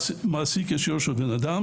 מעסיק ישיר של בן אדם,